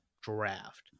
draft